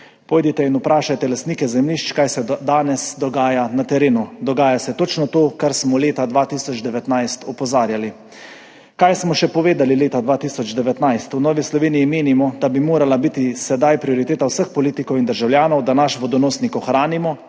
Pojdite in vprašajte lastnike zemljišč, kaj se danes dogaja na terenu. Dogaja se točno to, kar smo opozarjali leta 2019. Kaj smo še povedali leta 2019? V Novi Sloveniji menimo, da bi morala biti sedaj prioriteta vseh politikov in državljanov, da naš vodonosnik ohranimo